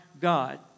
God